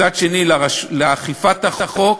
מצד שני לאכיפת החוק,